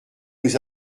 nous